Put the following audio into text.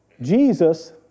Jesus